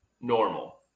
normal